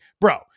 bro